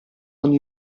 ogni